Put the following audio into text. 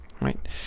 right